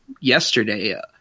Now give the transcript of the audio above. yesterday